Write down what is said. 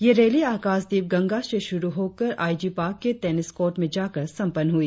ये रैली आकाशदीप गंगा से शुरु होकर आईजी पार्क के टेनिस कोर्ट में जाकर संपन्न हुई